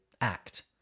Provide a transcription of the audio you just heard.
act